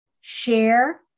share